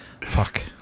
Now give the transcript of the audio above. Fuck